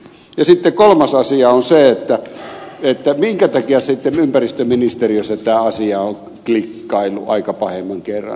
ja sitten kolmas asia on se minkä takia ympäristöministeriössä tämä asia on sitten klikkaillut aika pahemman kerran